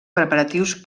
preparatius